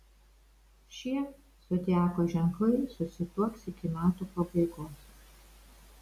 šie zodiako ženklai susituoks iki metų pabaigos